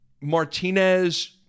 Martinez